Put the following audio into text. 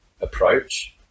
approach